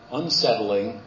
unsettling